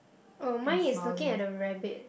oh mine is looking at the rabbit